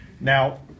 Now